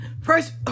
First